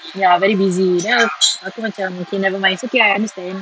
ya very busy then ak~ aku macam okay nevermind it's okay I understand